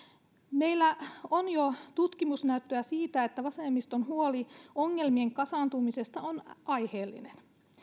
meillä on jo tutkimusnäyttöä siitä että vasemmiston huoli ongelmien kasaantumisesta on aiheellinen